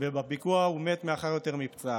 בפיגוע ומת מאוחר יותר מפצעיו.